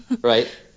Right